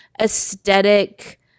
aesthetic